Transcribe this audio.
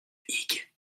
huyghe